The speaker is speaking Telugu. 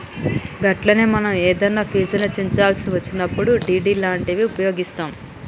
గట్లనే మనం ఏదన్నా ఫీజుల్ని చెల్లించాల్సి వచ్చినప్పుడు డి.డి లాంటివి ఉపయోగిస్తాం